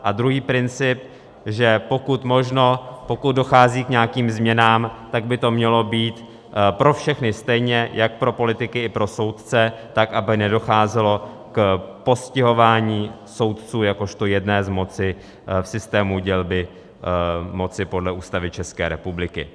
A druhý princip, že pokud možno, pokud dochází k nějakým změnám, tak by to mělo být pro všechny stejně, jak pro politiky, i pro soudce, tak aby nedocházelo k postihování soudců jakožto jedné z moci v systému dělby moci podle Ústavy České republiky.